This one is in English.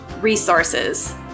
resources